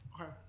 Okay